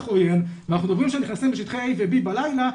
אויב ואנחנו מדברים שנכנסים לשטחי A ו-B בלילה,